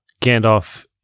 Gandalf